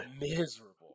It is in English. miserable